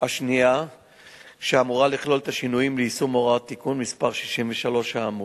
השנייה שאמורה לכלול את השינויים ליישום הוראות תיקון מס' 63 האמור.